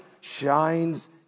shines